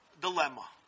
dilemma